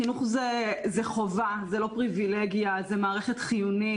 חינוך זה חובה, זה לא פריבילגיה, זה מערכת חיונית.